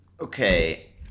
Okay